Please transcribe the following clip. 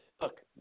look